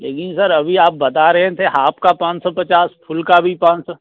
लेकिन सर अभी आप बता रहे थे हाफ का पाँच सौ पचास फुल का भी पाँच सौ